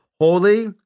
holy